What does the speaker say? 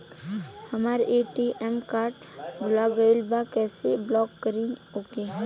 हमार ATM card भूला गईल बा कईसे ब्लॉक करी ओके?